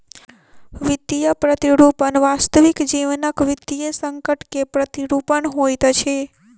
वित्तीय प्रतिरूपण वास्तविक जीवनक वित्तीय संकट के प्रतिरूपण होइत अछि